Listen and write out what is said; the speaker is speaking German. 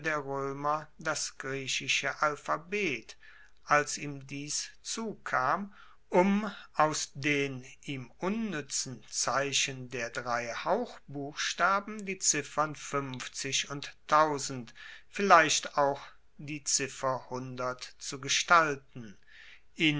das griechische alphabet als ihm dies zukam um aus den ihm unnuetzen zeichen der drei hauchbuchstaben die ziffern und vielleicht auch die ziffer zu gestalten